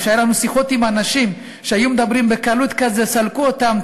וכשהיו לנו שיחות עם אנשים שהיו מדברים בקלות כזאת: סלקו אותם,